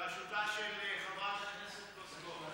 בראשותה של חברת הכנסת פלוסקוב.